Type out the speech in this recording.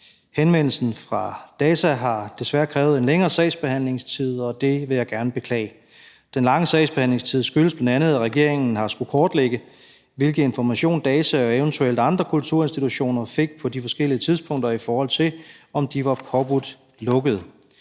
Henvendelsen fra DAZA har desværre krævet en længere sagsbehandlingstid, og det vil jeg gerne beklage. Den lange sagsbehandlingstid skyldes bl.a., at regeringen har skullet kortlægge, hvilken information DAZA og eventuelt andre kulturinstitutioner fik på de forskellige tidspunkter, i forhold til om de var påbudt lukkede.